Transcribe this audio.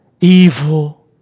evil